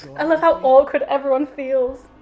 and love how awkward everyone feels.